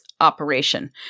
operation